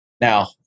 Now